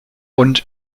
und